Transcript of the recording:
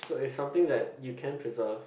so it's something that you can preserve